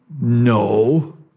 no